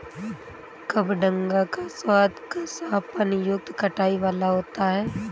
कबडंगा का स्वाद कसापन युक्त खटाई वाला होता है